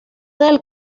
del